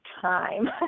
time